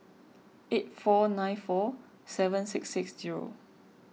eight four nine four seven six six zero